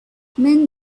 men